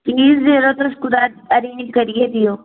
please जेह्ड़ा तुस कुतै अरेंज करियै देओ